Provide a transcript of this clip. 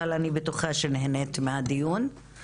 אבל אני בטוחה שנהנית מהדיון.